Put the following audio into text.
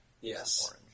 Yes